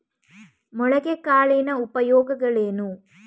ಮೊಳಕೆ ಕಾಳಿನ ಉಪಯೋಗಗಳೇನು?